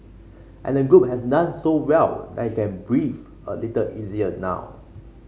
and the group has done so well that he can breathe a little easier now